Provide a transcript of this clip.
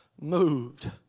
moved